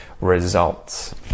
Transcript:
results